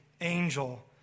angel